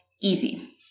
easy